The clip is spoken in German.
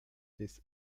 des